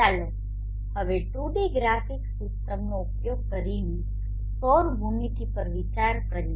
ચાલો હવે 2D graphic સિસ્ટમનો ઉપયોગ કરીને સૌર ભૂમિતિ પર વિચાર કરીએ